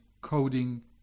coding